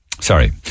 Sorry